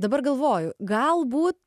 dabar galvoju galbūt